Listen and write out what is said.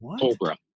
cobra